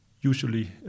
usually